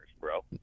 bro